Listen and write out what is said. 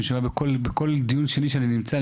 בכל דיון שני נמצא,